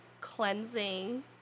cleansing